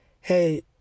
hey